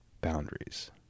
boundaries